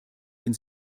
den